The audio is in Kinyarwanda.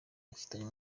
bafitanye